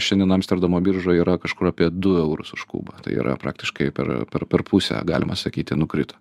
šiandien amsterdamo biržoj yra kažkur apie du eurus už kubą tai yra praktiškai per per per pusę galima sakyti nukrito